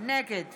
נגד